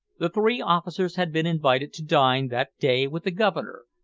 the three officers had been invited to dine that day with the governor,